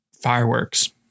fireworks